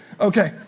Okay